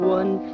one